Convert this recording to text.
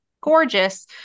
gorgeous